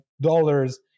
dollars